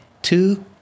Two